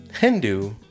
Hindu